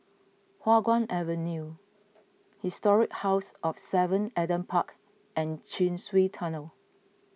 Hua Guan Avenue Historic House of Seven Adam Park and Chin Swee Tunnel